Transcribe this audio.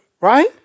right